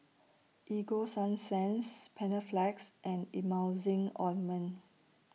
Ego Sunsense Panaflex and Emulsying Ointment